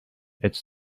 it’s